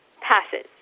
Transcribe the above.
passes